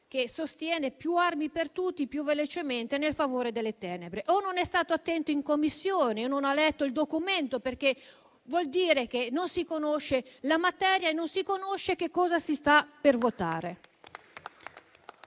di dare più armi per tutti, più velocemente e nel favore delle tenebre. Io penso che o non è stato attento in Commissione o non ha letto il documento, perché vuol dire che non si conosce la materia e non si sa cosa si sta per votare.